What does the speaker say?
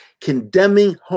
Condemning